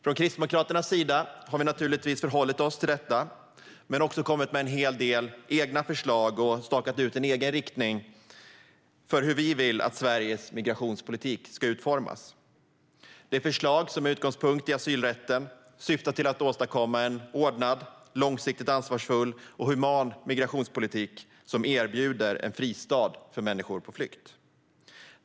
Från Kristdemokraternas sida har vi naturligtvis förhållit oss till detta, men vi har också kommit med en hel del egna förslag och stakat ut en egen riktning för hur vi vill att Sveriges migrationspolitik ska utformas. Det förslag som är utgångspunkt i asylrätten syftar till att åstadkomma en ordnad, långsiktigt ansvarsfull och human migrationspolitik som erbjuder en fristad för människor på flykt.